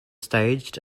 staged